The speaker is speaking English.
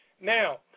Now